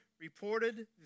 reported